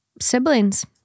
siblings